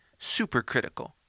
supercritical